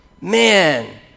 Man